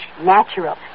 natural